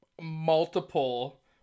multiple